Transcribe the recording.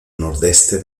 nordeste